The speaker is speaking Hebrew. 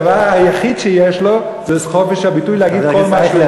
הדבר היחיד שיש לו זה חופש הביטוי להגיד כל מה שהוא רוצה.